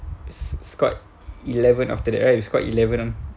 scored eleven after that right you scored eleven